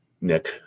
Nick